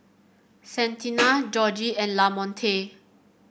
Santina Georgie and Lamonte